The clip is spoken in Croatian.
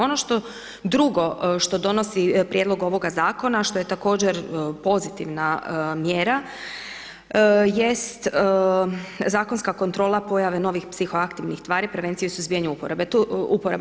Ono što drugo što donosi prijedlog ovoga zakona, što je također pozitivna mjera jest zakonska kontrola pojave novih psihoaktivnih tvari, prevencija suzbijanja uporabe.